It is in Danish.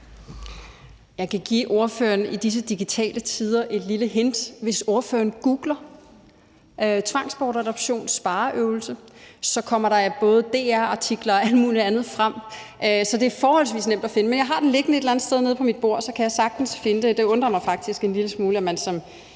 tider give ordføreren et lille hint. Hvis ordføreren googler »tvangsbortadoption spareøvelse«, så kommer der både DR-artikler og alt mulig andet frem. Så det er forholdsvis nemt at finde. Men jeg har det liggende et eller andet sted nede på mit bord, så jeg kan sagtens finde det. Det undrer mig faktisk en lille smule, at man som